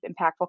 impactful